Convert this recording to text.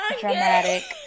Dramatic